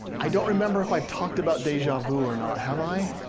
i don't remember if i talked about deja vu or not. have i?